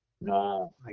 No